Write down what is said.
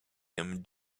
him